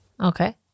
okay